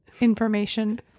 information